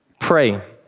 Pray